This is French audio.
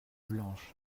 blanches